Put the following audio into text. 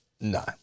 No